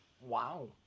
Wow